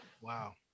Wow